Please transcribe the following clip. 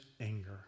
anger